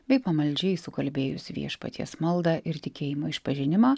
bei pamaldžiai sukalbėjus viešpaties maldą ir tikėjimo išpažinimą